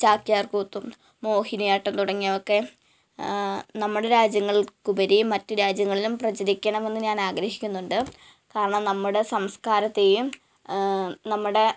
ചാക്ക്യാര്കൂത്തും മോഹിനിയാട്ടം തുടങ്ങിയവയൊക്കെ നമ്മുടെ രാജ്യങ്ങള്ക്കുപരി മറ്റു രാജ്യങ്ങൾലും പ്രചരിക്കണമെന്ന് ഞാന് ആഗ്രഹിക്കുന്നുണ്ട് കാരണം നമ്മുടെ സംസ്കാരത്തെയും നമ്മുടെ